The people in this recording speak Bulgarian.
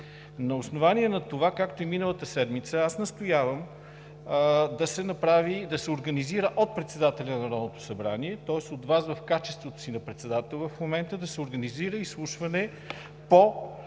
На основание на това, както и миналата седмица, настоявам да се организира от председателя на Народното събрание, тоест от Вас, в качеството си на председател в момента, изслушване по въпроси,